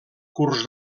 curs